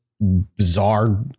bizarre